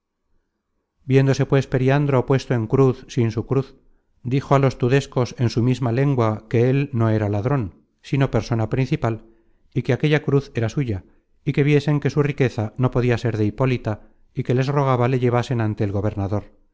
viéndose pues periandro puesto en cruz sin su cruz dijo á los tudescos en su misma lengua que él no era ladron sino persona principal y que aquella cruz era suya y que viesen que su riqueza no podia ser de hipólita y que les rogaba le llevasen ante el gobernador